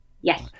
yes